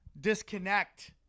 Disconnect